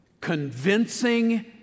convincing